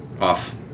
off